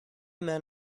men